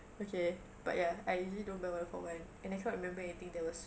okay but ya I usually don't buy one for one and I can't remember anything that was